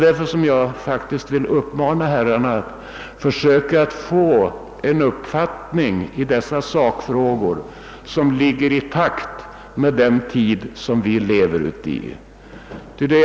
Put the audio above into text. Därför vill jag faktiskt uppmana herrarna att i dessa sakfrågor försöka skaffa sig en uppfattning som går i takt med den tid vi lever i.